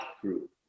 group